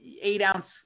eight-ounce